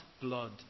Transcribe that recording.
blood